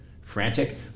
frantic